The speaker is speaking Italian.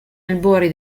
albori